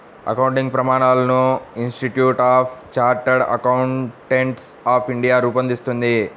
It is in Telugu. అకౌంటింగ్ ప్రమాణాలను institute of chartered accountants of India రూపొందిస్తుంది